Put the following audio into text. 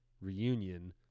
reunion